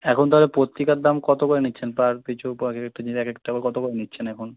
এখন তাহলে পত্রিকার দাম কতো করে নিচ্ছেন পার পিছু পাঁচ হাজারটা যেটা এক একটা কতো করে নিচ্ছেন এখন